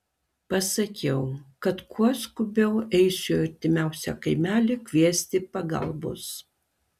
pasakiau kad kuo skubiau eisiu į artimiausią kaimelį kviesti pagalbos